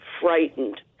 frightened